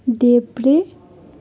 देब्रे